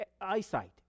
eyesight